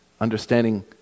understanding